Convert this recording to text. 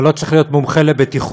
אבל לא צריך להיות מומחה לבטיחות